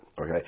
Okay